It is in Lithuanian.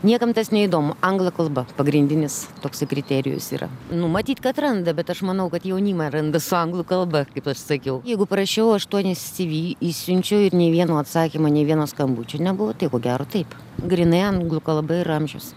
niekam tas neįdomu anglų kalba pagrindinis toksai kriterijus yra nu matyt kad randa bet aš manau kad jaunimą randa su anglų kalba kaip aš sakiau jeigu parašiau aštuonis tv išsiunčiau ir nei vieno atsakymo nei vieno skambučio nebuvo tai ko gero taip grynai anglų kalba ir amžius